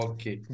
Okay